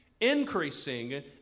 Increasing